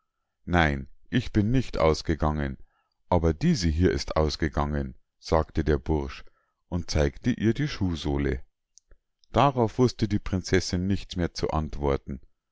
nein ich bin nicht ausgegangen aber diese hier ist ausgegangen sagte der bursch und zeigte ihr die schuhsohle hierauf wußte die prinzessinn nichts mehr zu antworten